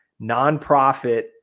nonprofit